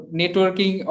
networking